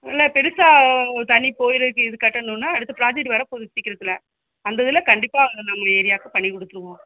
இல்லை பெரிசா தண்ணிப் போயிருக்குது இது கட்டணும்னா அடுத்த ப்ராஜெக்ட் வரப்போகுது சீக்கிரத்துல அந்த இதில் கண்டிப்பாக நம்ம ஏரியாக்கு பண்ணிக் கொடுத்துருவோம்